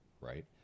right